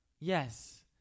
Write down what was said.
Yes